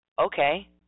Okay